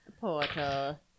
portal